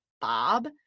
Bob